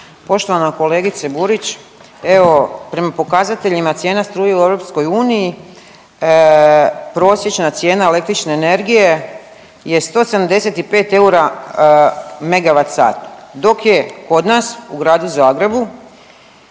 Poštovana kolegice Burić evo prema pokazateljima cijena struje u Europskoj uniji, prosječna cijena električne energije je 175 eura megavat sat, dok je kod nas u Gradu Zagrebu